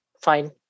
fine